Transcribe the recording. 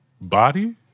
body